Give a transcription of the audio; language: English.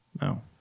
no